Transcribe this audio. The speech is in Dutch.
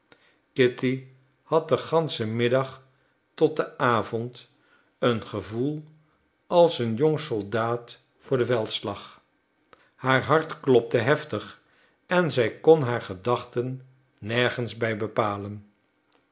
kitty had den ganschen middag tot den avond een gevoel als een jong soldaat voor den veldslag haar hart klopte heftig en zij kon haar gedachten nergens bij bepalen